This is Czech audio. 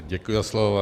Děkuji za slovo.